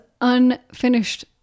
unfinished